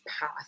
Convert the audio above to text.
path